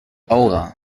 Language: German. aura